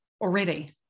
already